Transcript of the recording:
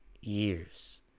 years